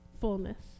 fullness